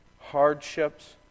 hardships